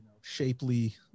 shapely